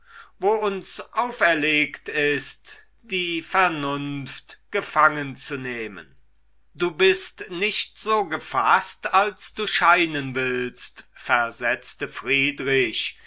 wo uns auferlegt ist die vernunft gefangenzunehmen du bist nicht so gefaßt als du scheinen willst versetzte friedrich